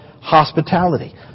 hospitality